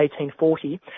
1840